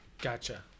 Gotcha